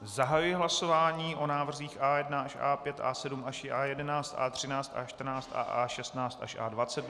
Zahajuji hlasování o návrzích A1 až A5, A7 až A11, A13, A14 a A16 až A20.